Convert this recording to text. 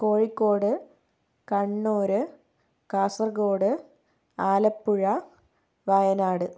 Kozhikode Kannur Kasaragod Alappuzha Wayanad